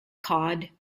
cod